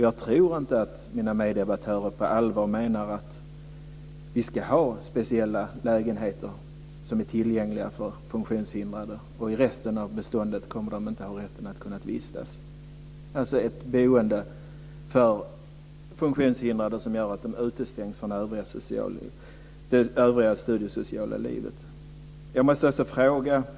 Jag tror inte att mina meddebattörer på allvar menar att vi ska ha speciella lägenheter som är tillgängliga för funktionshindrade och att dessa inte kommer att ha rätten att vistas i resten av beståndet. Det är alltså ett boende för funktionshindrade som gör att de utestängs från det övriga studiesociala livet. Jag måste fråga en sak.